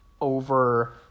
over